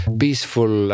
peaceful